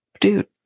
dude